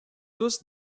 tous